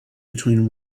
between